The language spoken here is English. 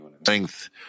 strength